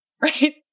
right